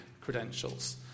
credentials